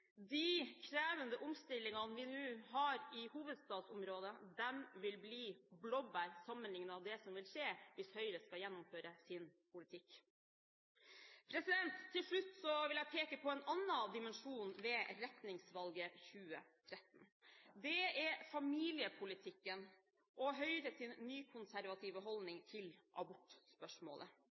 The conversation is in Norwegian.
De krevende omstillingene vi nå har i hovedstadsområdet, vil bli blåbær sammenlignet med det som vil skje hvis Høyre skal gjennomføre sin politikk. Til slutt vil jeg peke på en annen dimensjon ved retningsvalget 2013: Det er familiepolitikken og Høyres nykonservative holdning til abortspørsmålet.